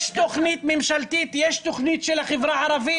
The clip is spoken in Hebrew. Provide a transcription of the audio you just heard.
יש תוכנית ממשלתית, יש תוכנית של החברה הערבית.